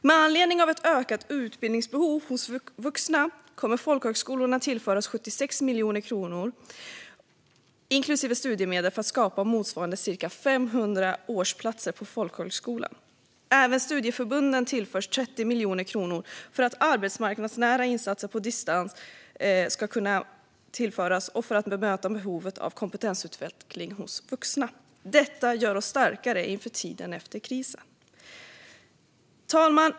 Med anledning av ett ökat utbildningsbehov hos vuxna kommer folkhögskolorna att tillföras 76 miljoner kronor, inklusive studiemedel, för att skapa motsvarande ca 500 årsplatser på folkhögskolan. Även studieförbunden tillförs 30 miljoner kronor för arbetsmarknadsnära insatser på distans för att bemöta behovet av kompetensutveckling hos vuxna. Detta gör oss starkare inför tiden efter krisen. Fru talman!